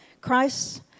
Christ